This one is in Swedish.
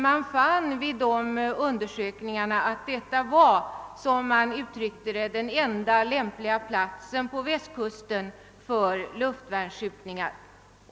Man fann vid dessa undersökningar att detta var, som man uttryckte det, den enda lämpliga platsen på västkusten för luftvärnsskjutningar.